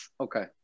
okay